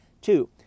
Two